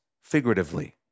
figuratively